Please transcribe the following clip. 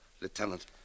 Lieutenant